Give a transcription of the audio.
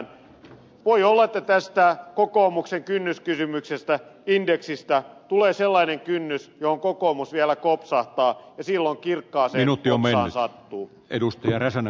voi olla että tästä kokoomuksen kynnyskysymyksestä indeksistä tulee sellainen kynnys johon kokoomus vielä kopsahtaa ja silloin kirkkaaseen otsaan sattuu